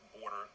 border